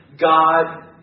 God